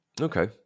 Okay